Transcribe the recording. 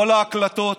כל ההקלטות.